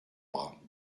bras